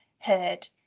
heard